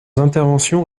interventions